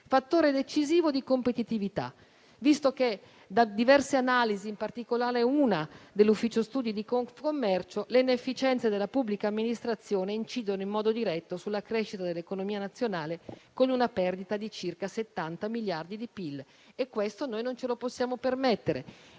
fattore decisivo di competitività, visto che da diverse analisi, in particolare quella dell'ufficio studi di Confcommercio, le inefficienze della pubblica amministrazione incidono in modo diretto sulla crescita dell'economia nazionale, con una perdita di circa 70 miliardi di PIL. Questo non ce lo possiamo permettere.